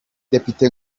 depite